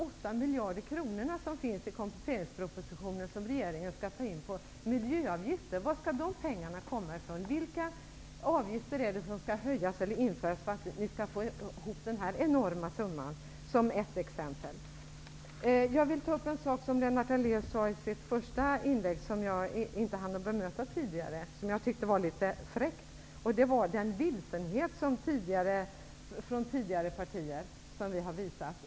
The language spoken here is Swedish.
Vilka avgifter är det som skall höjas eller införas för att ni skall få ihop denna enorma summa? Det är ett exempel. Jag vill ta upp en sak som Lennart Daléus sade i sitt första inlägg. Jag hann inte bemöta det tidigare, och jag tyckte att det var litet fräckt. Det gäller den vilsenhet som vi tidigare har visat.